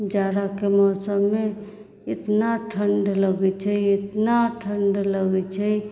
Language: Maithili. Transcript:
जाड़ाके मौसममे इतना ठण्ड लगैत छै इतना ठण्ड लगैत छै